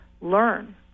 learn